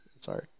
Sorry